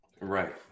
Right